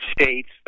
states